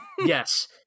Yes